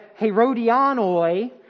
Herodianoi